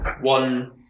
One